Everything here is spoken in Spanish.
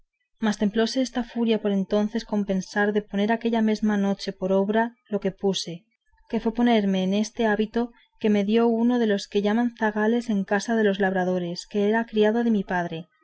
mas templóse esta furia por entonces con pensar de poner aquella mesma noche por obra lo que puse que fue ponerme en este hábito que me dio uno de los que llaman zagales en casa de los labradores que era criado de mi padre